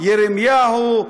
ירמיהו,